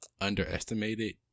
underestimated